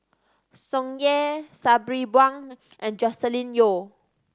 Tsung Yeh Sabri Buang and Joscelin Yeo